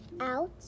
out